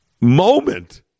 moment